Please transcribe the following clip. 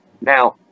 Now